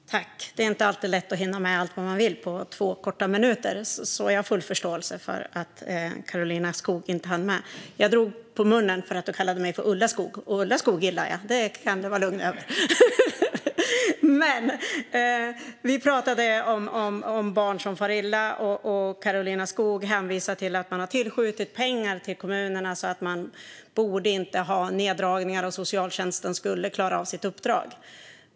Fru talman! Det är inte alltid lätt att hinna med allt man vill på två korta minuter, så jag har full förståelse för att Karolina Skog inte hann med. Jag drog på munnen för att du kallade mig för Ulla Skoog, och henne gillar jag - det kan du vara lugn för! Vi pratade om barn som far illa, och Karolina Skog hänvisade till att man har tillskjutit pengar till kommunerna. De borde alltså inte ha neddragningar, utan socialtjänsten borde klara av sitt uppdrag.